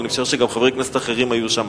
ואני משער שגם חברי כנסת אחרים היו שם.